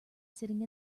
sitting